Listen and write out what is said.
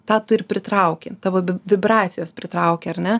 tą tu ir pritrauki tavo vibracijos pritraukia ar ne